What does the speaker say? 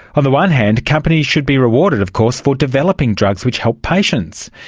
on the one hand, companies should be rewarded of course for developing drugs which help patients.